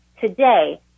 today